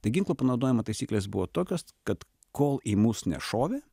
tai ginklo panaudojimo taisyklės buvo tokios kad kol į mus nešovė